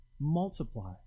multiply